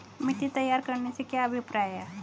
मिट्टी तैयार करने से क्या अभिप्राय है?